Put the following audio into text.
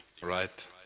right